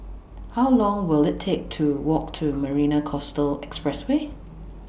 How Long Will IT Take to Walk to Marina Coastal Expressway